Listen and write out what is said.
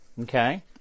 Okay